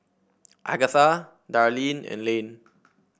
Agatha Darleen and Lane